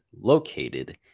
located